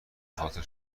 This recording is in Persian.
خاطر